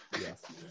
Yes